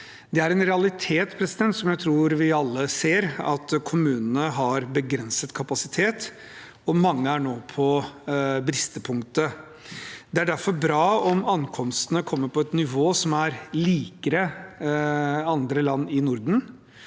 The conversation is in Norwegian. Det er en realitet som jeg tror vi alle ser, at kommunene har begrenset kapasitet, og mange nå er på bristepunktet. Det er derfor bra om ankomstene kommer på et nivå som er likere andre land i Norden,